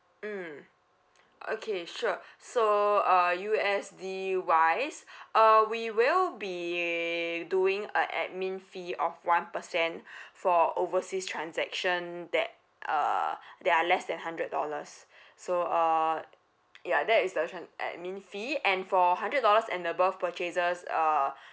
mm okay sure so uh U_S_D wise uh we will be doing a admin fee of one percent for overseas transaction that uh that are less than hundred dollars so uh ya that is the tran~ admin fee and for hundred dollars and above purchases uh